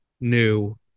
new